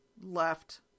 left